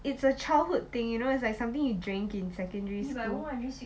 it's a childhood thing you know it's like something you drink in secondary school